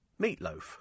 meatloaf